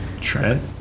Trent